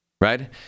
Right